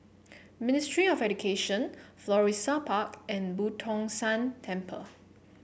Ministry of Education Florissa Park and Boo Tong San Temple